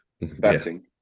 batting